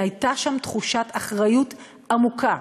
הייתה שם תחושת אחריות עמוקה.